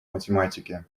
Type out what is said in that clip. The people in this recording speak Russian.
математике